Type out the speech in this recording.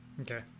Okay